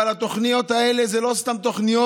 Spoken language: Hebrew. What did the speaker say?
אבל התוכניות האלה הן לא סתם תוכניות.